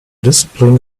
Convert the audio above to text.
discipline